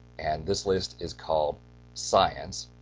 and this list is called science,